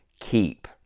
keep